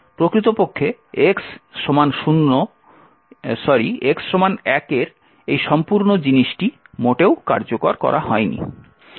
প্রকৃতপক্ষে x1 এর এই সম্পূর্ণ জিনিসটি মোটেও কার্যকর করা হয়নি